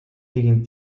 gegen